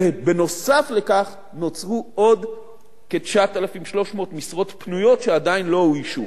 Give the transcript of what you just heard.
ובנוסף לכך נוצרו עוד כ-9,300 משרות פנויות שעדיין לא אוישו.